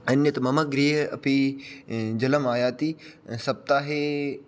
अन्यत् मम गृहे अपि जलम् आयाति सप्ताहे